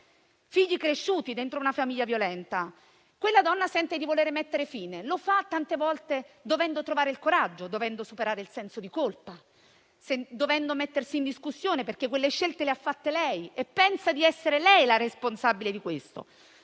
figli, cresciuti dentro una famiglia violenta, di voler mettere fine alla relazione. Tante volte lo fa dovendo trovare il coraggio, dovendo superare il senso di colpa, dovendo mettersi in discussione perché quelle scelte le ha fatte lei e pensa di essere lei la responsabile. Deve